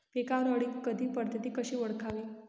पिकावर अळी कधी पडते, ति कशी ओळखावी?